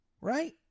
right